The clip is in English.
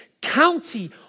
county